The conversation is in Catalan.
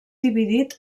dividit